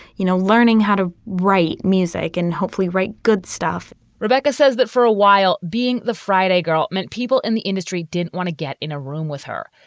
you know, learning how to write music and hopefully write good stuff rebecca says that for a while, being the friday girl meant people in the industry didn't want to get in a room with her,